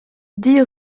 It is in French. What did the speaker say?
dix